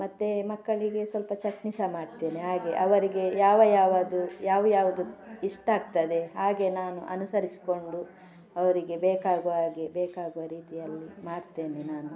ಮತ್ತೆ ಮಕ್ಕಳಿಗೆ ಸ್ವಲ್ಪ ಚಟ್ನಿ ಸಹ ಮಾಡ್ತೇನೆ ಹಾಗೆ ಅವರಿಗೆ ಯಾವ ಯಾವುದು ಯಾವಯಾವ್ದು ಇಷ್ಟ ಆಗ್ತದೆ ಹಾಗೆ ನಾನು ಅನುಸರಿಸಿಕೊಂಡು ಅವರಿಗೆ ಬೇಕಾಗುವ ಹಾಗೆ ಬೇಕಾಗುವ ರೀತಿಯಲ್ಲಿ ಮಾಡ್ತೇನೆ ನಾನು